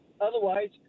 Otherwise